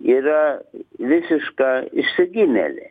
yra visiška išsigimėlė